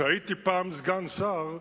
כשהייתי פעם סגן שר,